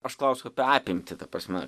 aš klausiu apimtį ta prasme